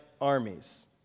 armies